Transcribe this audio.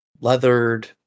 Leathered